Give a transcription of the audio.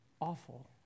awful